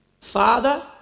Father